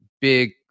big